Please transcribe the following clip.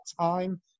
time